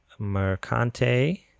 Mercante